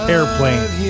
Airplane